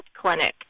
clinic